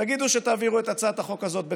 תגידו שתעבירו את הצעת החוק הזאת בטרומית.